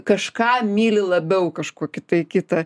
kažką myli labiau kažkokį tai kitą